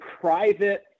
private